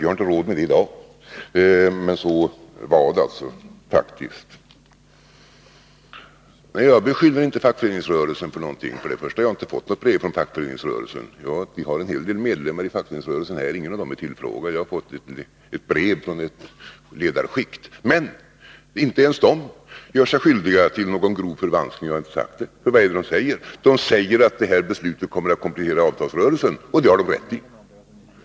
Vi har inte råd med det i dag, men så var det faktiskt. Jag beskyller inte fackföreningsrörelsen för någonting. Först och främst har jag inte fått något brev från fackföreningsrörelsen. Vi har i vårt parti en hel del medlemmar i fackföreningsrörelsen, men ingen av dem är tillfrågad. Jag har fått ett brev från ett ledarskikt, men inte ens dessa personer gör sig skyldiga till någon grov förvanskning. Jag har inte påstått det. Vad är det de säger? Jo, de säger att det här beslutet kommer att komplicera avtalsrörelsen. Och det har de rätt i.